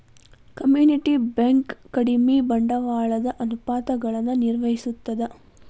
community bank ಕಡಿಮಿ ಬಂಡವಾಳದ ಅನುಪಾತಗಳನ್ನ ನಿರ್ವಹಿಸ್ತದ